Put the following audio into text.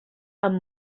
amb